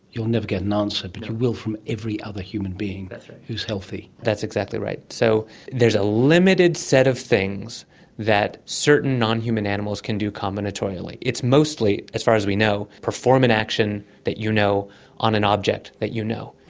you'll never get an answer. but you will from every other human being who is healthy. that's exactly right. so there's a limited set of things that certain nonhuman animals can do combinatorially. it's mostly, as far as we know, perform an action that you know on an object that you know.